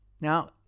now